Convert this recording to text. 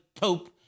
Pope